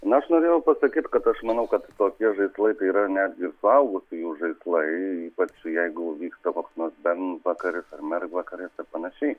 na aš norėjau pasakyt kad aš manau kad tokie žaislai tai yra netgi suaugusiųjų žaislai ypač jeigu vyksta koks nors bernvakaris mergvakaris ar panašiai